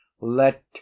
let